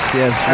yes